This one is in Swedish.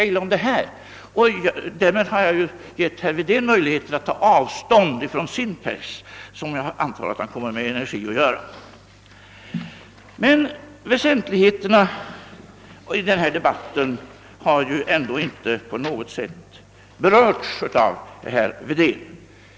Genom att säga detta har jag givit herr Wedén möjlighet att ta avstånd från sin press, och jag utgår från att han kommer att göra detta. Det väsentliga i denna debatt har ändå inte på något sätt berörts av herr Wedén.